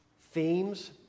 themes